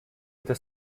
into